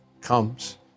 comes